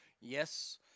Yes